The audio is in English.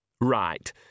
Right